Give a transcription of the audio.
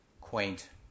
quaint